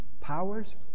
powers